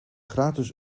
gratis